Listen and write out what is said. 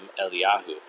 Eliyahu